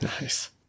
Nice